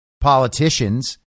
politicians